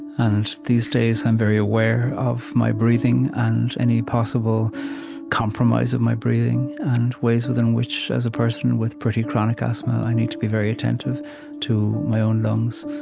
and these days, i'm very aware of my breathing and any possible compromise of my breathing and ways within which, as a person with pretty chronic asthma, i need to be very attentive to my own lungs.